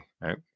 right